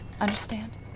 Understand